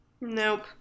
Nope